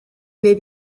may